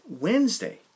Wednesday